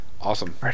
awesome